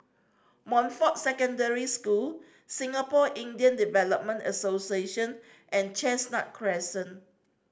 Montfort Secondary School Singapore Indian Development Association and Chestnut Crescent